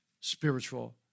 spiritual